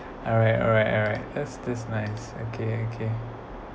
alright alright alright this this is nice okay okay